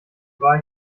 war